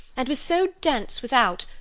and was so dense without,